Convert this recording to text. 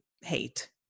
hate